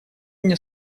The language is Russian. мне